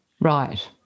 Right